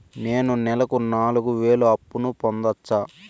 నేను నెలకు నాలుగు వేలు అప్పును పొందొచ్చా?